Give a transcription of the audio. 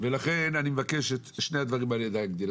אני מבקש את שני הדברים האלה להגדיל.